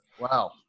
Wow